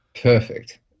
Perfect